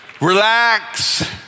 relax